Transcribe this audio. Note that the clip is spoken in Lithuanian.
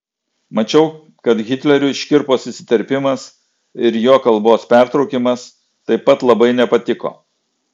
mačiau kad hitleriui škirpos įsiterpimas ir jo kalbos pertraukimas taip pat labai nepatiko